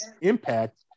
impact